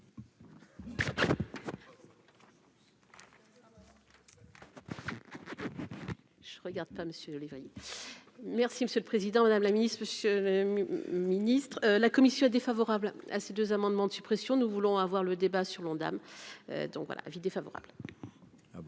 merci Monsieur le Président, Madame la Ministre, Monsieur le Ministre, la commission est défavorable à ces deux amendements de suppression, nous voulons avoir le débat sur l'Ondam, donc voilà, avis défavorable.